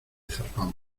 zarpamos